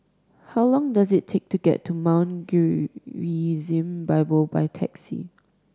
how long does it take to get to Mount Gerizim Bible by taxi